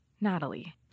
Natalie